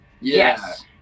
Yes